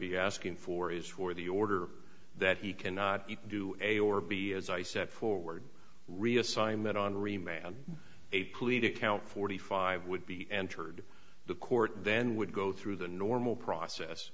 be asking for is for the order that he cannot do a or b as i said forward reassignment on remain on a plea to count forty five would be entered the court then would go through the normal process